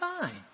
find